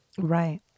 Right